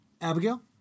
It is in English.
Abigail